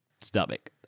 stomach